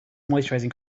moisturising